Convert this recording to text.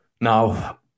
Now